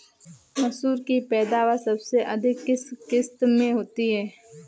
मसूर की पैदावार सबसे अधिक किस किश्त में होती है?